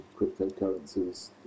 cryptocurrencies